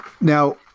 now